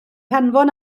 hanfon